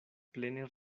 plene